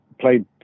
played